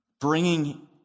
bringing